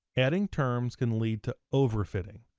adding terms can lead to overfitting.